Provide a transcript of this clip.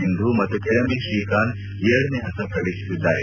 ಸಿಂಧು ಮತ್ತು ಕಿಡಂಬಿ ಶ್ರೀಕಾಂತ್ ಎರಡನೇ ಹಂತ ಪ್ರವೇಶಿಸಿದ್ದಾರೆ